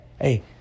hey